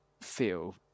feel